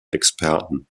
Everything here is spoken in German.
experten